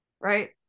Right